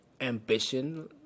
ambition